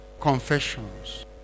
confessions